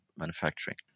manufacturing